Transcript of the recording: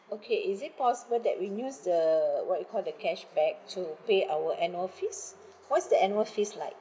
okay is it possible that we use the what you call the cashback to pay our annual fees what's the annual fees like